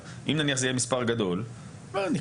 ניקח על פי סטטיסטיקה נניח של גיל,